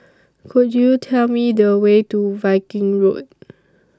Could YOU Tell Me The Way to Viking Road